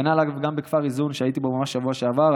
כנ"ל בכפר איזון, שהייתי בו ממש בשבוע שעבר.